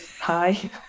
Hi